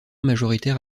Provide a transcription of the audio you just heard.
majoritaire